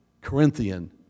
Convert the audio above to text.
Corinthian